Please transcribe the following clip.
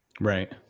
right